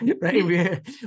right